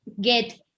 get